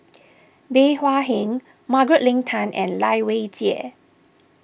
Bey Hua Heng Margaret Leng Tan and Lai Weijie